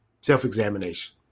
Self-examination